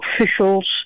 officials